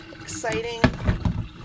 exciting